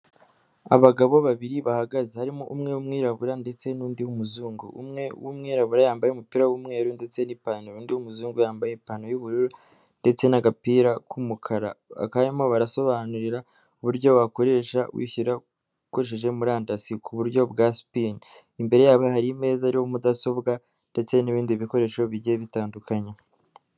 Abagabo babiri bahagaze harimo umwe umwirabura ndetse n'undi muzungu, umwe w'umwirabura yambaye umupira w'umweru ndetse n'ipantaro, undi muzungu yambaye ipanta y'ubururu ndetse n'agapira k'umukara, bakaba barimo barasobanurira uburyo wakoresha wishyira ukoresheje murandasi ku buryo bwa supini, imbere yabo hari meza iriho mudasobwa ndetse n'ibindi bikoresho bigiye bitandukanye.